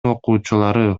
окуучулары